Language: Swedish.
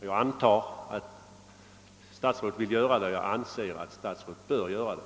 Jag antar att statsrådet vill göra detta, och jag anser att statsrådet bör göra det.